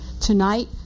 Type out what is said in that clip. Tonight